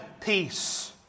peace